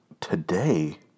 today